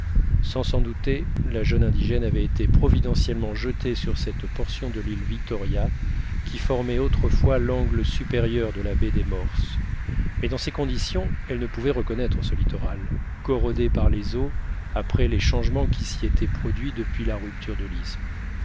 sans s'en douter la jeune indigène avait été providentiellement jetée sur cette portion de l'île victoria qui formait autrefois l'angle supérieur de la baie des morses mais dans ces conditions elle ne pouvait reconnaître ce littoral corrodé par les eaux après les changements qui s'y étaient produits depuis la rupture de l'isthme